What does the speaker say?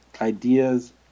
ideas